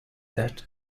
that